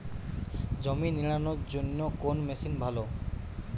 জমি নিড়ানোর জন্য কোন মেশিন ভালো?